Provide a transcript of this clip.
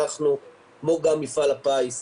אנחנו כמו גם מפעל הפיס,